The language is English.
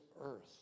earth